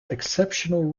exceptional